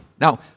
Now